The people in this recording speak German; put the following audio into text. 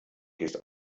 gehst